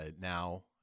now